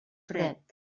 fred